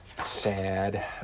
Sad